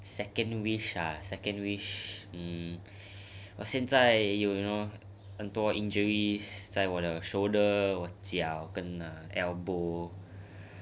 second wish ah second wish mm 我现再 you you know 有很多 injuries 在我的 shoulder 脚跟 err elbow